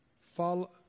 Follow